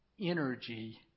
Energy